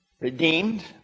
redeemed